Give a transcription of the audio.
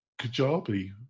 Kajabi